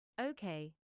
Okay